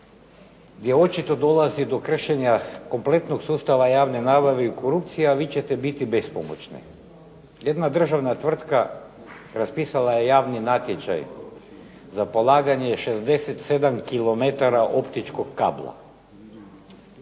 gdje očito dolazi do kršenja kompletnog sustava javne nabave i korupcija, a vi ćete biti bespomoćni. Jedna državna tvrtka raspisala je javni natječaj za polaganje je 67 kilometara optičkog kabla,